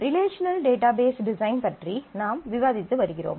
relational database design பற்றி நாம் விவாதித்து வருகிறோம்